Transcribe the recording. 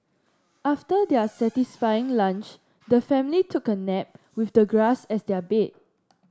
after their satisfying lunch the family took a nap with the grass as their bed